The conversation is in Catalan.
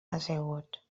assegut